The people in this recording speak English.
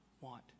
Want